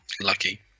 Lucky